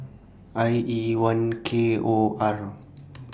I E one K O R